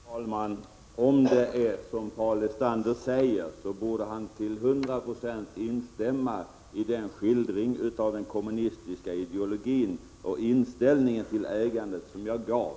Herr talman! Om det är som Paul Lestander säger, borde han till hundra procent instämma i den skildring av den kommunistiska ideologin och inställningen till ägandet som jag gav.